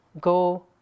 go